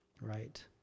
right